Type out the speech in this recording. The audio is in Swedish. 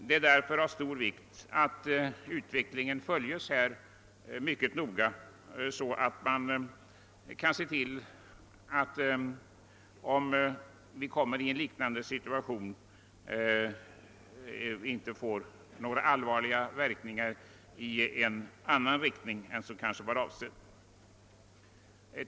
Det är av stor vikt att utvecklingen i detta avsende följes mycket noga, så att vi inte om vi kommer i en liknande situation råkar ut för allvarliga verkningar i annan riktning än som varit avsett.